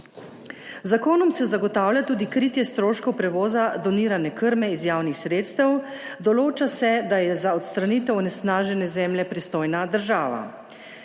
zakonom se zagotavlja tudi kritje stroškov prevoza donirane krme iz javnih sredstev. Določa se, da je za odstranitev onesnažene zemlje pristojna država.